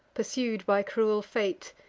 pursued by cruel fate,